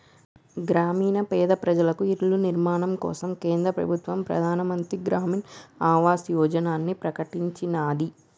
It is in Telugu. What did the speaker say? గ్రామీణ పేద ప్రజలకు ఇళ్ల నిర్మాణం కోసం కేంద్ర ప్రభుత్వం ప్రధాన్ మంత్రి గ్రామీన్ ఆవాస్ యోజనని ప్రకటించినాది